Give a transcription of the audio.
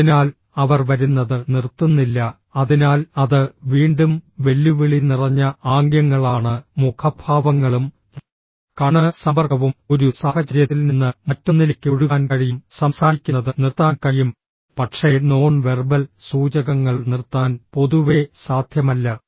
അതിനാൽ അവർ വരുന്നത് നിർത്തുന്നില്ല അതിനാൽ അത് വീണ്ടും വെല്ലുവിളി നിറഞ്ഞ ആംഗ്യങ്ങളാണ് മുഖഭാവങ്ങളും കണ്ണ് സമ്പർക്കവും ഒരു സാഹചര്യത്തിൽ നിന്ന് മറ്റൊന്നിലേക്ക് ഒഴുകാൻ കഴിയും സംസാരിക്കുന്നത് നിർത്താൻ കഴിയും പക്ഷേ നോൺ വെർബൽ സൂചകങ്ങൾ നിർത്താൻ പൊതുവെ സാധ്യമല്ല